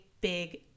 big